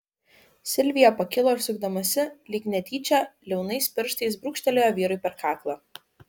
silvija pakilo ir sukdamasi lyg netyčia liaunais pirštais brūkštelėjo vyrui per kaklą